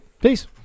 Peace